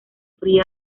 fría